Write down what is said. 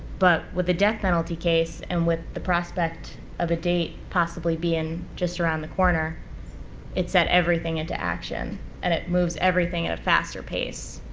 but with a death penalty case and with the prospect of a date possibly being just around the corner it set everything into action and it moves everything at a faster pace.